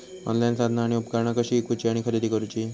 Online साधना आणि उपकरणा कशी ईकूची आणि खरेदी करुची?